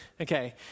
Okay